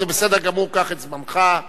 זה בסדר גמור, קח את זמנך.